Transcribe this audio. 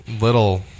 little